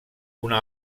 una